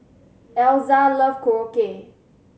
Elza love Korokke